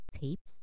Tapes